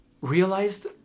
realized